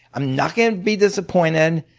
i'm not going to be disappointed.